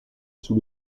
sous